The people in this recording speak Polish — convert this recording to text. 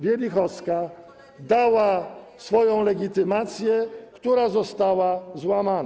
Wielichowska dała swoją legitymację, która została złamana.